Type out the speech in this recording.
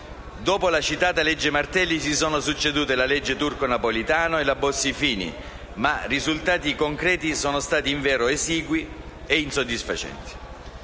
Dopo la citata legge Martelli, si sono succedute le leggi Turco-Napolitano e Bossi-Fini, ma i risultati concreti sono stati invero esigui e insoddisfacenti.